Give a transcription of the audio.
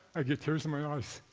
i get tears in my eyes.